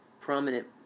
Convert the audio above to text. prominent